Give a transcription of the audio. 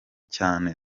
cyane